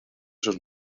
sus